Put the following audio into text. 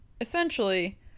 Essentially